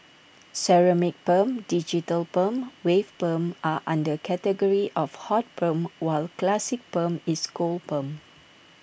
ceramic perm digital perm wave perm are under category of hot perm while classic perm is cold perm